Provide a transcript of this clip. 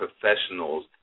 professionals